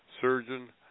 surgeon